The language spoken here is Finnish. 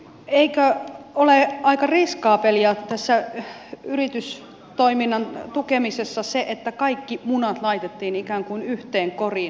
eikö ole aika riskaabelia tässä yritystoiminnan tukemisessa se että kaikki munat laitettiin ikään kuin yhteen koriin